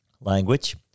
Language